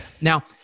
Now